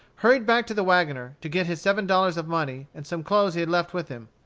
hurried back to the wagoner, to get his seven dollars of money and some clothes he had left with him.